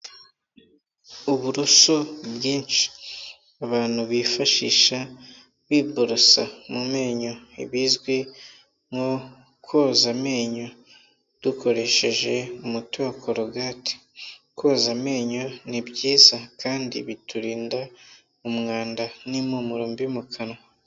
Uburoso bwinshi abantu bifashisha biborosa mu menyo bizwi nko koza amenyo dukoresheje umuti wa korogati. Koza amenyo ni byiza kandi biturinda umwanda n'impumuro mbi mu kanwa.